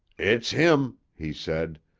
it's him, he said,